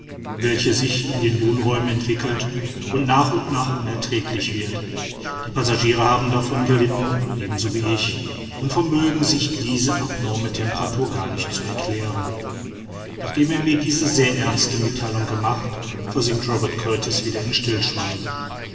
welche sich in den wohnräumen entwickelt und nach und nach unerträglich wird die passagiere haben davon gelitten ebenso wie ich und vermögen sich diese abnorme temperatur gar nicht zu erklären nachdem er mir diese sehr ernste mittheilung gemacht versinkt robert kurtis wieder in stillschweigen